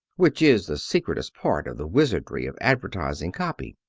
which is the secretest part of the wizardry of advertising copy.